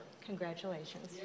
Congratulations